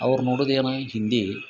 ಅವ್ರ ನೋಡುದೇನ ಹಿಂದಿ